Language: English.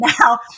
now